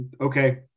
okay